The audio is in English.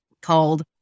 called